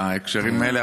בהקשרים האלה,